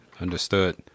Understood